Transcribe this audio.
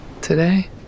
today